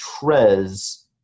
Trez